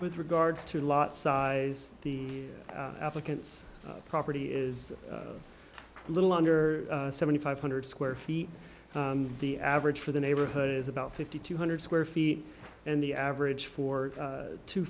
with regards to a lot size the applicant's property is a little under seventy five hundred square feet the average for the neighborhood is about fifty two hundred square feet and the average for